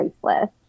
priceless